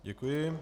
Děkuji.